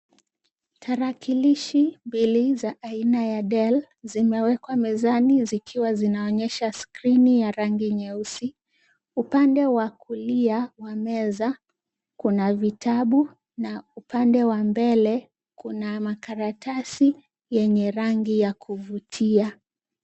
Tarakilishi mbili za aina ya Dell zimewekwa mezani zikiwa zinaonyesha screen ya rangi nyeusi, upande wa kulia wa meza kuna vitabu, na upande wa mbele kuna makaratasi ya yenye rangi ya kuvutia.